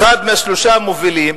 אחד מהשלושה המובילים,